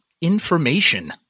information